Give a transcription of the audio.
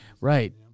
Right